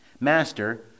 Master